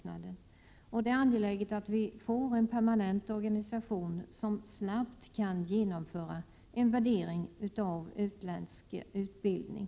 8 juni 1988 Det är angeläget att vi får en permanent organisation som snabbt kan Syssebällunesek genomföra en värdering av utländsk utbildning.